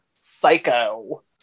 Psycho